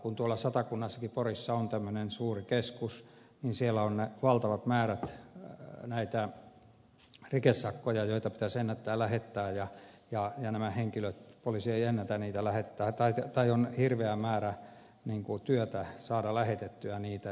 kun tuolla satakunnassakin porissa on tämmöinen suuri keskus niin siellä on valtavat määrät näitä rikesakkoja joita pitäisi ennättää lähettää ja poliisi ei ennätä niitä lähettää tai on hirveä määrä työtä saada lähetettyä niitä